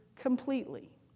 completely